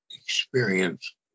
experience